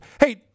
Hey